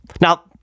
Now